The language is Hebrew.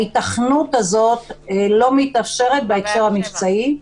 ההיתכנות הזו לא מתאפשרת בהקשר המבצעי.